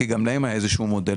כי גם להם היה איזה שהוא מודל,